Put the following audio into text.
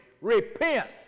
repent